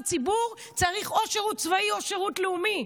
ציבור צריך או שירות צבאי או שירות לאומי,